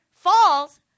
false